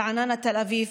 רעננה-תל אביב,